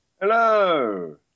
Hello